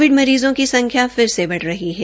Covid मरीजों की संख्या फिर से बढ़ रही है